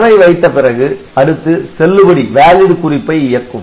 தரவை வைத்தபிறகு அடுத்து செல்லுபடி குறிப்பை இயக்கும்